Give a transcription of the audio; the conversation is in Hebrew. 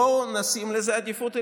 בואו נשים את זה בעדיפות עליונה,